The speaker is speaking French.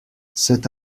c’est